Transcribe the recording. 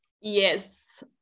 Yes